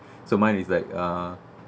so mine is like uh